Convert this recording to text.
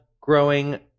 growing